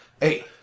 Hey